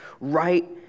right